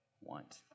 want